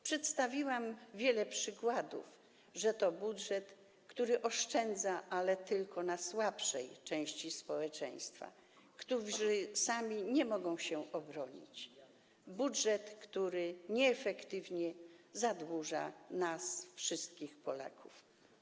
Przedstawiłam wiele przykładów, że to budżet, w którym się oszczędza, ale tylko na słabszej części społeczeństwa, a ta sama nie może się obronić, budżet, który nieefektywnie zadłuża nas, wszystkich Polaków.